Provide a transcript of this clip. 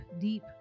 deep